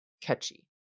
catchy